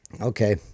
Okay